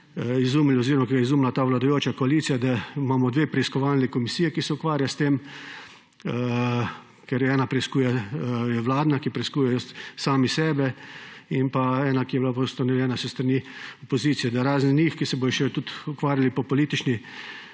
izumila ta vladajoča koalicija, da imamo dve preiskovalni komisiji, ki se ukvarjata s tem – ker ena je vladna, ki preiskuje samo sebe, in pa ena, ki je bila pa ustanovljena s strani opozicije –, da razen njiju, ki se bosta tudi še tudi ukvarjali na politični